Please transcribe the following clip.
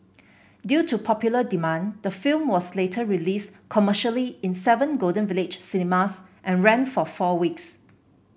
due to popular demand the film was later released commercially in seven Golden Village cinemas and ran for four weeks